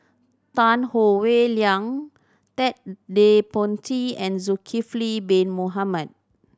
Tan Howe Liang Ted De Ponti and Zulkifli Bin Mohamed